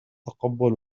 تقبل